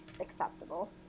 acceptable